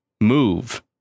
move